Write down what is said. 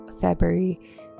February